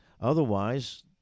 Otherwise